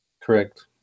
Correct